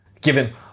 given